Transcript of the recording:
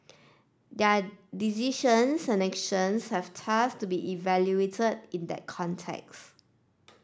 their decisions and actions have thus to be evaluated in that context